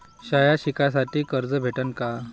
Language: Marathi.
शाळा शिकासाठी कर्ज भेटन का?